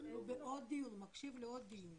אני לא מרכז את כלל התוכנית של יוצאי אתיופיה.